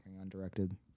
undirected